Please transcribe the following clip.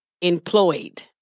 employed